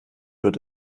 wird